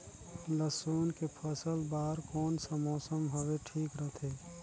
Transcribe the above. लसुन के फसल बार कोन सा मौसम हवे ठीक रथे?